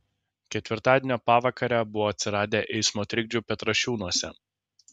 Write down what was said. ketvirtadienio pavakarę buvo atsiradę eismo trikdžių petrašiūnuose